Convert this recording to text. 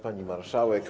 Pani Marszałek!